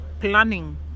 planning